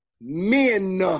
men